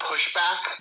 pushback